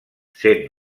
sent